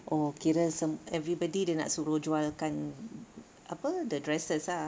oh kira sem~ everybody dia nak suruh jual kan apa the dresses ah